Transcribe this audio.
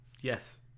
Yes